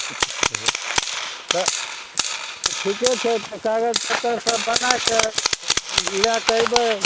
तऽ ठीके छै तऽ कागज पत्तर सब बना कऽ लए कऽ अयबय